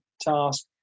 task